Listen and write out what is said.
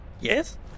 Yes